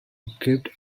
equipped